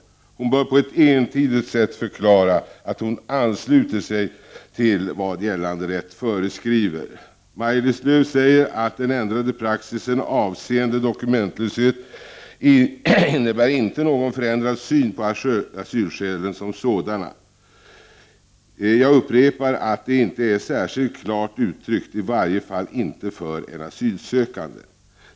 Hon bör på ett entydigt sätt förklara att hon ansluter sig till vad gällande rätt föreskriver. Maj-Lis Lööw säger att den ändrade praxisen avseende dokumentlöshet inte innebär någon förändrad syn på asylsökande som sådana. Jag upprepar att detta inte är särskilt klart uttryckt, i varje fall inte för en asylsökande.